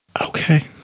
okay